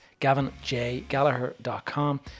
gavinjgallagher.com